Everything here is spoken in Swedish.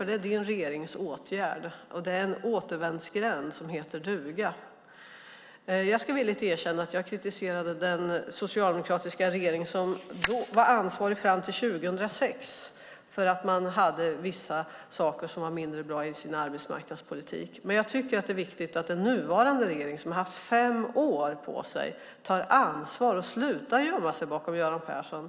Det är din regerings åtgärd, och det är en återvändsgränd som heter duga. Jag ska villigt erkänna att jag kritiserade den socialdemokratiska regering som var ansvarig fram till 2006 för att man hade vissa saker som var mindre bra i sin arbetsmarknadspolitik. Det är viktigt att den nuvarande regeringen, som har haft fem år på sig, tar ansvar och slutar gömma sig bakom Göran Persson.